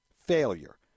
failure